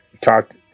talked